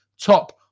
top